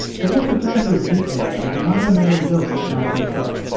but let's return to this detail that the mother never looked at malcolm crowe.